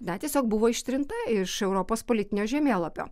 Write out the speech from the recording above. na tiesiog buvo ištrinta iš europos politinio žemėlapio